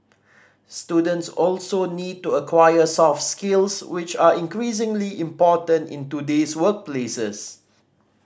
students also need to acquire soft skills which are increasingly important in today's workplaces